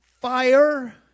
fire